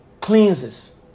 cleanses